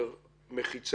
להפריע